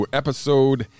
episode